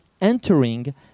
entering